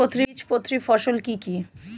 দ্বিবীজপত্রী ফসল কি কি?